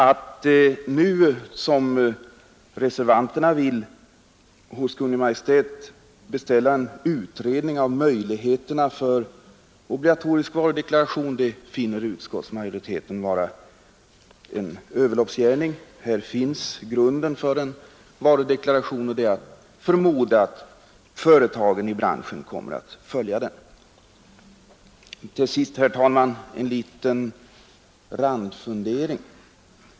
Att nu, som reservanterna vill, hos Kungl. Maj:t beställa en statlig utredning av möjligheterna till obligatorisk varudeklaration finner utskottsmajoriteten vara en överloppsgärning. Grunden finns för en varudeklaration, och allting talar för att företagen i branschen kommer att följa den. Till sist, herr talman, en liten randfundering!